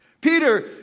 Peter